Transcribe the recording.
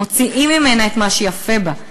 מוציאים ממנה את מה שיפה בה,